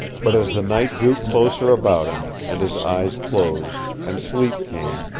but as the night drew closer about him, and his eyes closed, and sleep came,